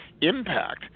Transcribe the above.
impact